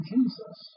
Jesus